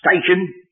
station